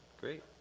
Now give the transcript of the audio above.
great